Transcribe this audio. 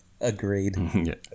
Agreed